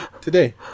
Today